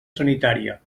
sanitària